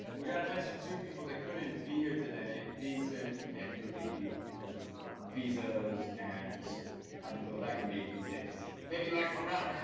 we gotta mention two people that couldn't be here today, veesen and dalebi because of visas, and how difficult that can be these days. maybe, like, a